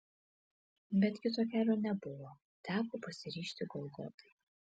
bet kito kelio nebuvo teko pasiryžti golgotai